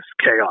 chaos